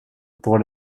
pour